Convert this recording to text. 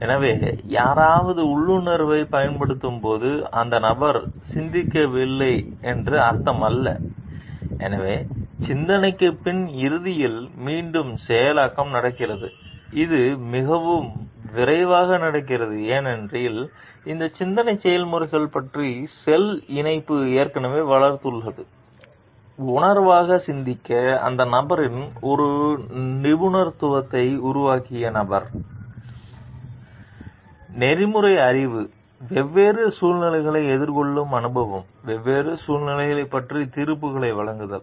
எனவே யாராவது உள்ளுணர்வைப் பயன்படுத்தும் போது அந்த நபர் சிந்திக்கவில்லை என்று அர்த்தமல்ல ஒருவேளை சிந்தனைக்குப் பின் இறுதியில் மீண்டும் செயலாக்கம் நடக்கிறது இது மிகவும் விரைவாக நடக்கிறது ஏனெனில் இந்த சிந்தனை செயல்முறைகளைப் பற்றிய செல் இணைப்பு ஏற்கனவே வளர்ந்துள்ளது உள்ளுணர்வாக சிந்திக்க அந்த நபரில் ஒரு நிபுணத்துவத்தை உருவாக்கிய நபர் தொழில்முறை அறிவு வெவ்வேறு சூழ்நிலைகளை எதிர்கொள்ளும் அனுபவம் வெவ்வேறு சூழ்நிலைகளைப் பற்றிய தீர்ப்புகளை வழங்குதல்